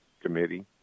committee